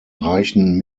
reichen